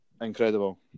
Incredible